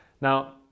Now